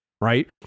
right